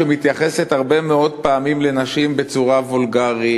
שמתייחסת הרבה מאוד פעמים לנשים בצורה וולגרית,